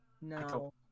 No